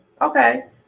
Okay